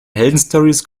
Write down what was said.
heldenstorys